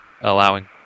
allowing